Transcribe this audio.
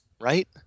right